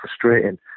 frustrating